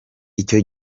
icyo